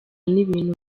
n’ibintu